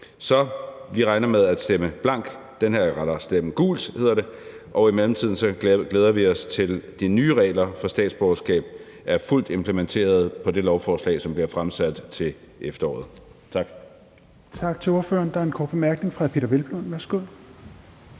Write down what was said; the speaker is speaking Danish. Så vi regner med at stemme gult, og i mellemtiden glæder vi os til, at de nye regler for statsborgerskab er fuldt implementeret i forhold til det lovforslag, som bliver fremsat til efteråret. Tak.